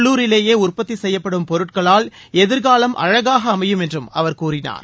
உள்ளூரிலேயே உற்பத்தி செய்யப்படும் பொருட்களால் எதிர்காலம் அழகாக அமையும் என்று அவர் கூறினார்